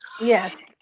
Yes